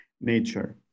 nature